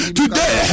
today